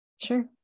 Sure